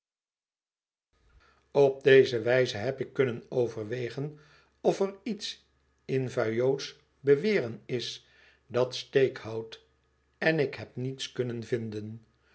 op deze wijze heb ik kunnen overwegen of er iets in vuillot's beweren is dat steek houdt en ik heb niets kunnen vinden